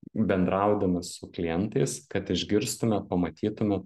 bendraudami su klientais kad išgirstumėt pamatytumėt